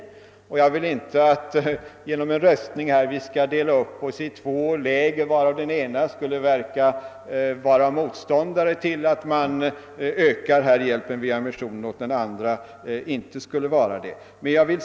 Jag vill inte att vi genom en röstning skall dela upp oss i två läger, varav det ena skulle verka vara motståndare till att man ökar hjälpen via missionen och det andra inte skulle verka vara det.